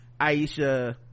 aisha